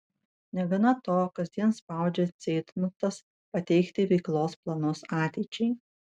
negana to kasdien spaudžia ceitnotas pateikti veiklos planus ateičiai